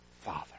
Father